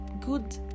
good